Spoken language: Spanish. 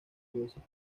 veces